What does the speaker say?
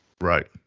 right